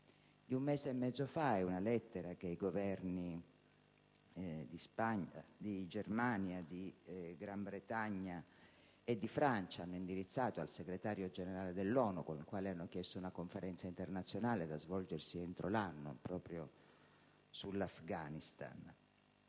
di un mese e mezzo fa che i Governi di Germania, Gran Bretagna e Francia hanno indirizzato al Segretario generale dell'ONU con la quale hanno chiesto una conferenza internazionale da svolgersi entro l'anno proprio sull'Afghanistan.